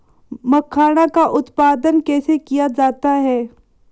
मखाना का उत्पादन कैसे किया जाता है?